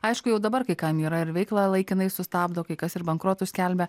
aišku jau dabar kai kam yra ir veiklą laikinai sustabdo kai kas ir bankrotų skelbia